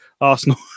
Arsenal